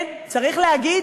כן, צריך להגיד,